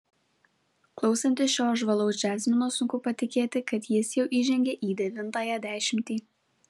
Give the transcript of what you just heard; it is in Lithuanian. klausantis šio žvalaus džiazmeno sunku patikėti kad jis jau įžengė į devintąją dešimtį